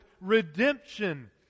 redemption